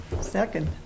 Second